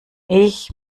ich